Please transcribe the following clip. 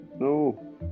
No